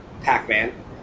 Pac-Man